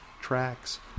tracks